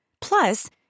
Plus